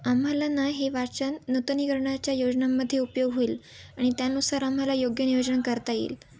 आम्हाला ना हे वाचन नूतनीकरण्याच्या योजनामध्ये उपयोग होईल आणि त्यानुसार आम्हाला योग्य नियोजन करता येईल